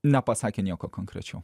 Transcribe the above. nepasakė nieko konkrečiau